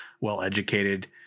well-educated